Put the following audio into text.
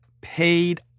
paid